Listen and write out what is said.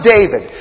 David